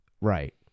right